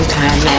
time